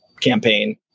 campaign